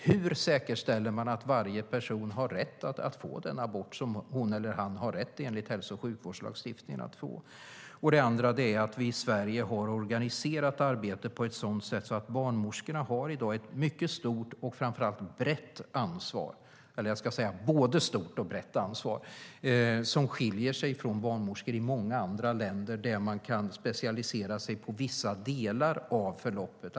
Hur säkerställer man att alla personer kan få den abort som de, enligt hälso och sjukvårdslagstiftningen, har rätt att få? En annan sak är att vi i Sverige har organiserat arbetet på ett sådant sätt att barnmorskorna i dag har ett både stort och brett ansvar. Det skiljer sig från hur det är för barnmorskor i många andra länder, där de kan specialisera sig på vissa delar av förloppet.